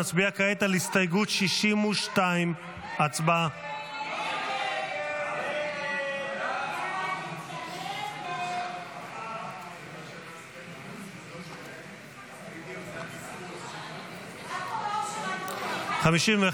נצביע כעת על הסתייגות 62. הצבעה.